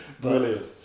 Brilliant